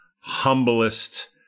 humblest